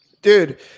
Dude